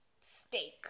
steak